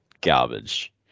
garbage